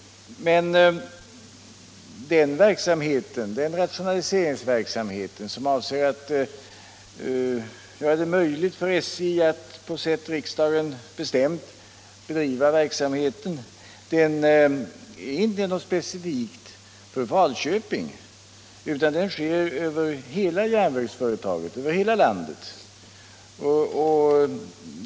Men denna rationalisering, som avser att göra det möjligt för SJ att bedriva verksamheten på sätt riksdagen bestämt, är inte något specifikt för Falköping, utan den sker över hela järnvägsföretaget, över hela landet.